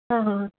हाँ हाँ